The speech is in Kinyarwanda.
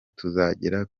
tuzagera